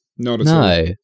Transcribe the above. No